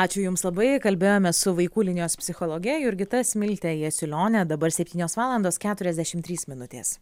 ačiū jums labai kalbėjome su vaikų linijos psichologe jurgita smilte jasiulione dabar septynios valandos keturiasdešim trys minutės